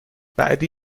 بعدی